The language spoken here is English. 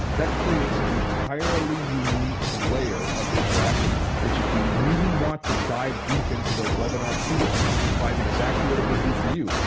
that creates an entirely unique layer of interaction which if you really want to dive deep into the webinar pool and find exactly what it will do for you,